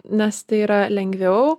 nes tai yra lengviau